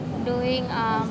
doing um